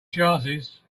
chances